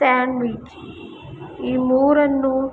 sandwich ಈ ಮೂರನ್ನು